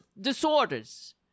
disorders